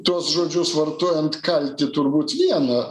tuos žodžius vartojant kalti turbūt viena